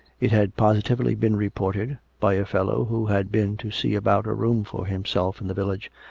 it had positively been re ported, by a fellow who had been to see about a room for himself in the village,